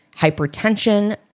hypertension